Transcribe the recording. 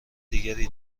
دیگری